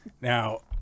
now